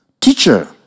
Teacher